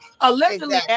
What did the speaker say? Allegedly